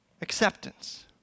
Acceptance